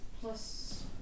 plus